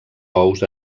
ous